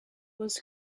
was